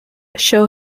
show